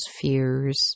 fears